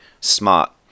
smart